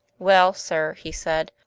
well, sir, he said,